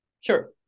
Sure